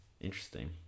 interesting